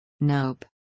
Nope